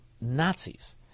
Nazis